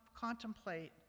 contemplate